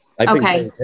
Okay